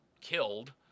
killed